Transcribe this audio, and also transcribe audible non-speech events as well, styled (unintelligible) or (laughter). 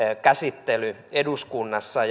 käsittely eduskunnassa (unintelligible)